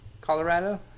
Colorado